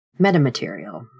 metamaterial